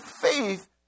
faith